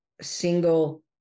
single